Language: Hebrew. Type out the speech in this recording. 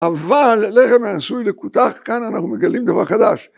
אבל לחם העשוי לכותך, כאן אנחנו מגלים דבר חדש.